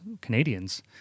Canadians